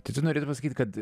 tai tu nori pasakyt kad